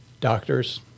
doctors